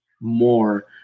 more